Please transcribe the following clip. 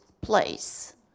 place